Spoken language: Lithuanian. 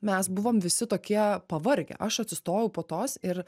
mes buvom visi tokie pavargę aš atsistojau po tos ir